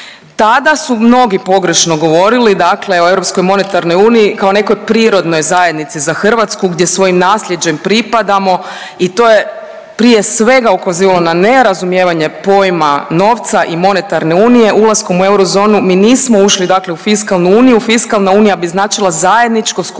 tada su mnogi pogrešno govorili dakle o europskoj monetarnoj uniji kao nekoj prirodnoj zajednici za Hrvatsku gdje svojim nasljeđem pripadamo i to je prije svega ukazivalo na nerazumijevanje pojma novca i monetarne unije. Ulaskom u eurozonu mi nismo ušli dakle u fiskalnu uniji, fiskalna unija bi značila zajedničko skupljanje